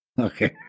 Okay